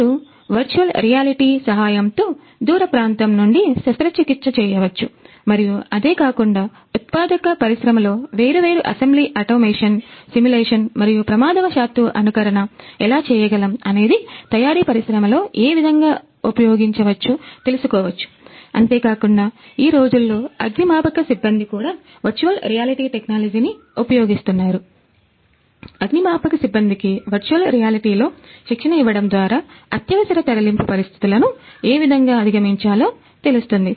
మీరు virtual reality ఏ విధముగా అధిగమించాలో తెలుస్తుంది